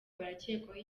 barakekwaho